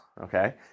okay